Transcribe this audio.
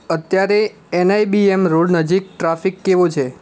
અત્યારે N I B M road નજીક traffic કેવો છે